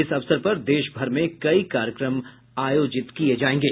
इस अवसर पर देश भर में कई कार्यक्रम आयोजित किये जायेंगे